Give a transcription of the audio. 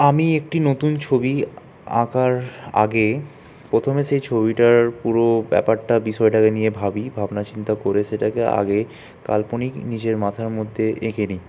আমি একটি নতুন ছবি আঁকার আগে প্রথমে সেই ছবিটার পুরো ব্যাপারটা বিষয়টাকে নিয়ে ভাবি ভাবনা চিন্তা করে সেটাকে আগে কাল্পনিক নিজের মাথার মধ্যে এঁকে নিই